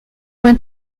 went